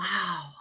Wow